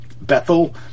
Bethel